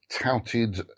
touted